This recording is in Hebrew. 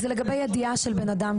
זה לגבי ידיעה של בן אדם